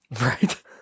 Right